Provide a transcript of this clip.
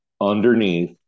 underneath